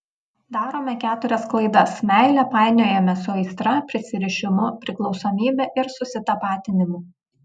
darome keturias klaidas meilę painiojame su aistra prisirišimu priklausomybe ir susitapatinimu